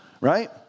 Right